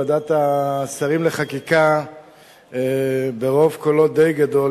ועדת השרים לחקיקה ברוב קולות די גדול,